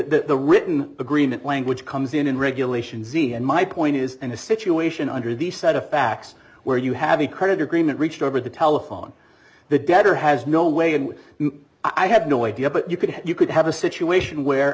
the written agreement language comes in and regulations e and my point is in a situation under the set of facts where you have a creditor agreement reached over the telephone the debtor has no way and i have no idea but you could you could have a situation where